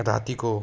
रातिको